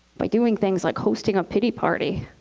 by doing things like hosting a pity party.